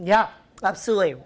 yeah absolutely